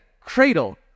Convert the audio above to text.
cradle